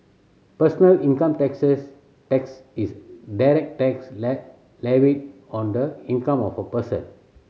personal income taxes tax is direct tax levied on the income of a person